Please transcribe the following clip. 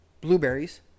blueberries